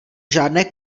žádné